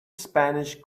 spanish